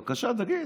בבקשה, תגיד,